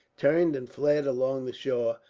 turned and fled along the shore,